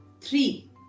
Three